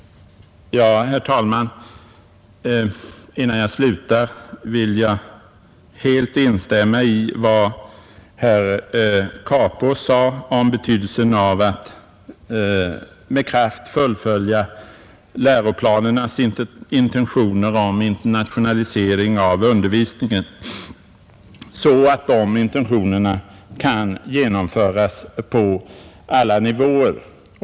Innan jag slutar vill jag helt instämma i vad herr Korpås sade om betydelsen av att med kraft fullfölja läroplanernas intentioner om internationalisering av undervisningen, så att de intentionerna kan genomföras på alla nivåer.